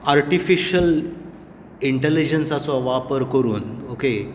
artificial इंटेलिजन्साचो वापर करून ओके